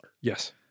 yes